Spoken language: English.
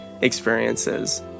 experiences